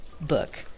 book